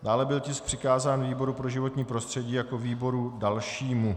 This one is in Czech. Dále byl tisk přikázán výboru pro životní prostředí jako výboru dalšímu.